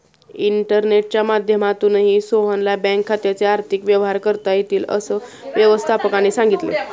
इंटरनेटच्या माध्यमातूनही सोहनला बँक खात्याचे आर्थिक व्यवहार करता येतील, असं व्यवस्थापकाने सांगितले